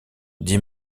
dit